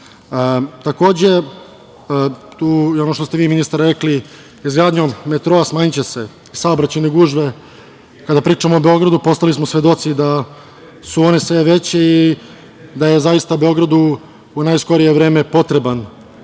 ono što ste vi ministre rekli, izgradnjom metroa smanjiće se saobraćajne gužve. Kada pričamo o Beogradu postali smo svedoci da su one sve veće i da je zaista Beogradu u najskorije vreme potreban